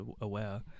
aware